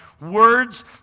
words